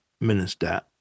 minister